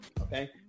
Okay